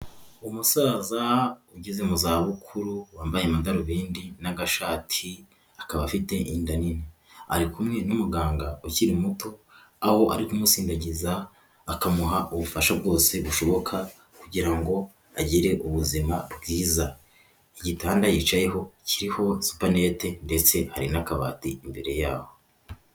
Umusaza ugeze mu za bukuru wambaye amadarubindi n'agashati akaba afite inda nini, ari kumwe n'umuganga ukiri muto. Aho ari kumusindagiza akamuha ubufasha bwose bushoboka kugira ngo agire ubuzima bwiza. Igitanda yicayeho kiriho supenete ndetse hari n'akabati imbere yaho.